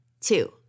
Two